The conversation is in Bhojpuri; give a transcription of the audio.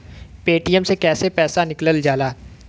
पेटीएम से कैसे पैसा निकलल जाला?